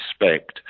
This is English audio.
respect